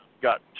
got